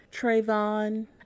Trayvon